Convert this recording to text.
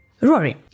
Rory